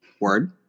word